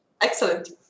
Excellent